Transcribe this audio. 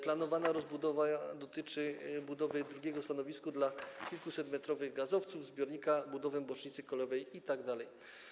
Planowana rozbudowa dotyczy budowy drugiego stanowiska dla kilkusetmetrowych gazowców, zbiornika, bocznicy kolejowej itd.